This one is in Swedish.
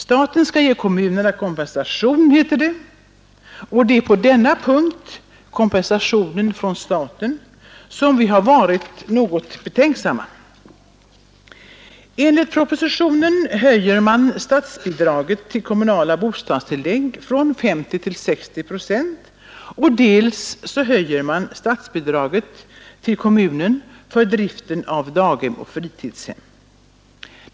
Staten skall ge kommunerna kompensation, heter det, och det är på denna punkt — beträffande kompensationen från staten — som vi har varit något betänksamma. Enligt propositionen höjer man dels statsbidraget till kommunala bostadstillägg från 50 till 60 procent, dels statsbidraget till kommunerna för driften av daghem och fritidshem.